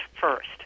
first